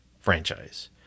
franchise